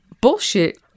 Bullshit